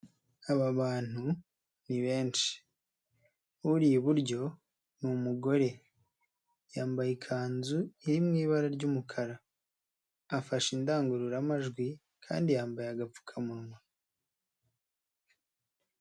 Aba bantu ni benshi uri iburyo n'umugore wambaye ikanzu iri mu ibara ry'umukara, afashe indangururamajwi kandi yambaye agapfukamunwa.